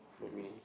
for me